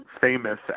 famous